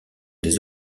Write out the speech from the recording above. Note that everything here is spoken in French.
des